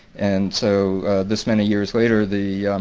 and so this many years later the